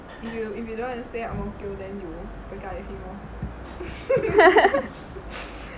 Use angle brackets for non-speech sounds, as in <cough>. if you if you don't want to stay ang mo kio then you break up with him lor <laughs>